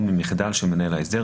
או ממחדל של מנהל ההסדר,